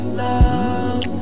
love